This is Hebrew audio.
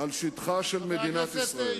על שטחה של מדינת ישראל.